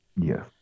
Yes